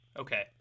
Okay